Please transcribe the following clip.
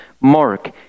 mark